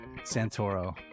Santoro